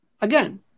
again